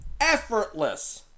effortless